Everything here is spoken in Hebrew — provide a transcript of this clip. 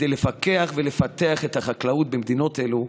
כדי לפקח ולפתח את החקלאות במדינות אלו.